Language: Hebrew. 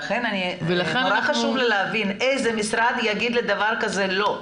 לכן נורא חשוב לי להבין איזה משרד יגיד לדבר כזה 'לא'.